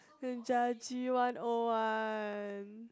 很 judgy one oh one